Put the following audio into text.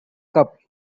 cup